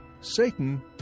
Satan